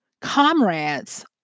comrades